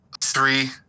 three